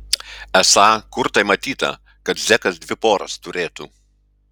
esą kur tai matyta kad zekas dvi poras turėtų